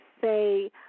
say